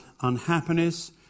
unhappiness